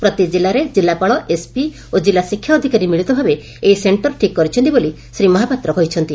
ପ୍ରତି କିଲ୍ଲାରେ କିଲ୍ଲାପାଳ ଏସ୍ପି ଓ କିଲ୍ଲ ଶିକ୍ଷା ଅଧିକାରୀ ମିଳିତ ଭାବେ ଏହି ସେକ୍କର ଠିକ୍ କରିଛନ୍ତି ବୋଲି ଶ୍ରୀ ମହାପାତ୍ର କହିଛନ୍ତି